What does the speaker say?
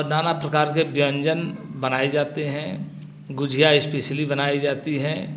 नाना प्रकार के व्यंजन बनाए जाते हैं गुजिया इस्पेशली बनाई जाती हैं